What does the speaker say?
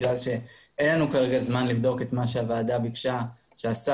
כיוון שאין לנו כרגע זמן לבדוק את מה שהוועדה ביקשה שהשר